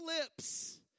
lips